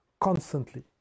Constantly